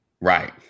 Right